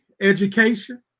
education